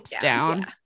down